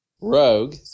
Rogue